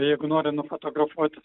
jeigu nori nufotografuoti